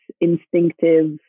instinctive